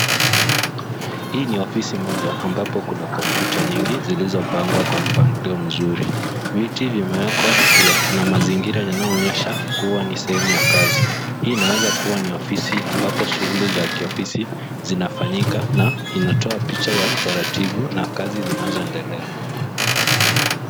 Hii ni ofisi moja ambapo kuna kompyuta nyingi zilizopangwa kwa mpangilio mzuri. Viti vimewekwa pia na mazingira yanayoonyesha kuwa ni sehemu ya kazi. Hii inaweza kuwa ni ofisi ambapo shughuli za kiofisi zinafanyika na inatoa picha ya utaratibu na kazi zinazoendelea.